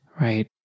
right